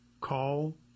Call